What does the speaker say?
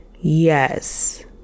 Yes